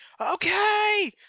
Okay